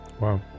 Wow